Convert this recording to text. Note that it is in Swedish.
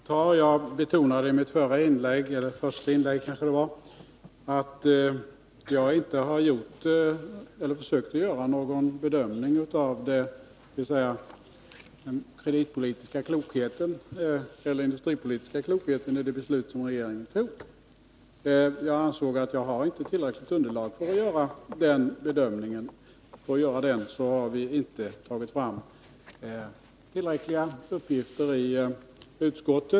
Herr talman! Jag betonade i mitt första inlägg att jag inte har försökt göra en bedömning av den industripolitiska klokheten i det beslut som regeringen fattade. Jag ansåg mig inte ha tillräckligt underlag för en sådan bedömning. Utskottet har inte tagit fram tillräckliga uppgifter.